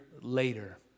later